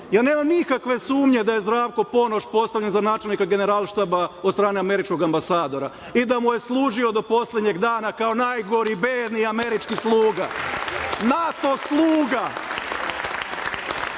nemam nikakve sumnje da je Zdravko Ponoš postavljen za načelnika Generalštaba od strane američkog ambasadora i da mu je služio do poslednjeg dana kao najgori bedni američki sluga, NATO